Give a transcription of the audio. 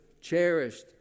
cherished